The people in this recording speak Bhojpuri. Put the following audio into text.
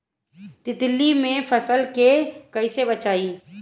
तितली से फसल के कइसे बचाई?